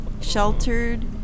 sheltered